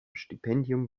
stipendium